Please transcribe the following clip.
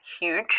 huge